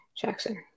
Jackson